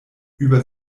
über